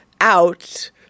out